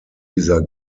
dieser